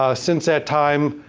ah since that time,